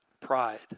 Pride